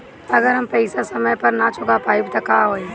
अगर हम पेईसा समय पर ना चुका पाईब त का होई?